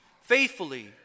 faithfully